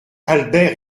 albert